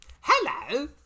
Hello